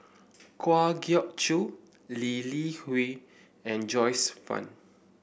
Kwa Geok Choo Lee Li Hui and Joyce Fan